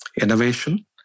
innovation